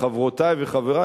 חברותי וחברי,